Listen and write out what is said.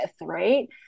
right